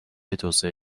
توسعه